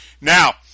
Now